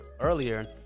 earlier